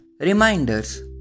Reminders